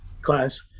class